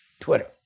Twitter